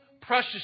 precious